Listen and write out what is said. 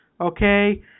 Okay